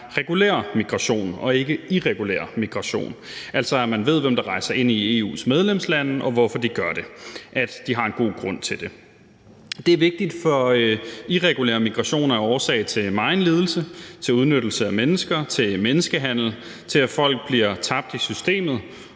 regulær migration og ikke irregulær migration, altså at man ved, hvem der rejser ind i EU's medlemslande, og hvorfor de gør det; at de har en god grund til det. Det er vigtigt, fordi irregulær migration er årsag til megen lidelse, til udnyttelse af mennesker, til menneskehandel og til, at folk bliver tabt i systemet,